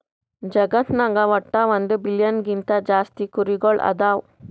ಜಗತ್ನಾಗ್ ವಟ್ಟ್ ಒಂದ್ ಬಿಲಿಯನ್ ಗಿಂತಾ ಜಾಸ್ತಿ ಕುರಿಗೊಳ್ ಅದಾವ್